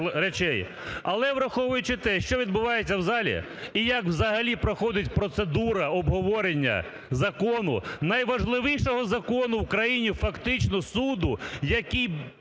Але, враховуючи те, що відбувається в залі і як взагалі проходить процедура обговорення закону, найважливішого закону в країні, фактично суду, який